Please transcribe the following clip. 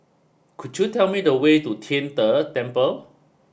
could you tell me the way to Tian De Temple